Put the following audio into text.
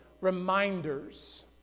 reminders